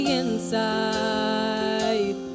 inside